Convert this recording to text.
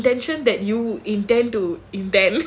the the intention that you intend to intend